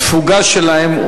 התפוגה שלהם,